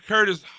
Curtis